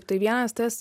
tai vienas tas